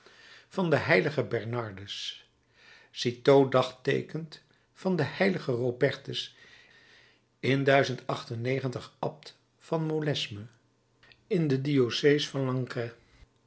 van den h bernardus citeaux dagteekent van den h robertus in abt van molesme in de diocees van